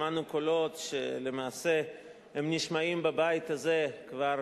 שמענו קולות שלמעשה נשמעים בבית הזה כבר